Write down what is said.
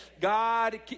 God